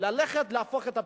זה ללכת ולהפוך את הפירמידות.